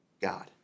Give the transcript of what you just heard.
God